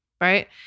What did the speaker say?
Right